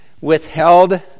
withheld